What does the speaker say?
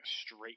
straight